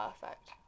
perfect